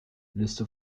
liste